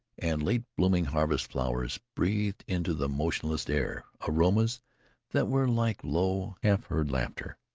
and late-blooming harvest flowers breathed into the motionless air aromas that were like low, half-heard laughter.